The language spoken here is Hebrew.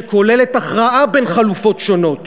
שכוללת הכרעה בין חלופות שונות